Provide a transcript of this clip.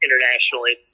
internationally